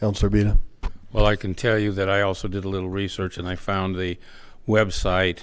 and serbia well i can tell you that i also did a little research and i found the website